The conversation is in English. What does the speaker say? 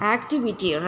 Activity